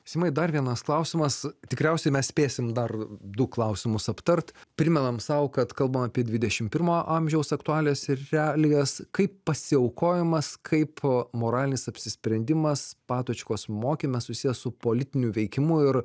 simai dar vienas klausimas tikriausiai mes spėsim dar du klausimus aptart primenam sau kad kalbam apie dvidešim pirmo amžiaus aktualijas ir realijas kaip pasiaukojimas kaip moralinis apsisprendimas patočkos mokyme susijęs su politiniu veikimu ir